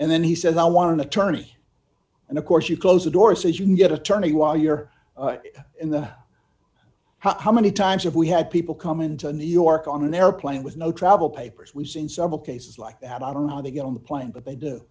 and then he says i want an attorney and of course you close the door so you can get attorney while you're in the how many times have we had people come in to new york on an airplane with no trouble papers we've seen several cases like that i don't know how they get on the plane but they do